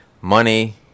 money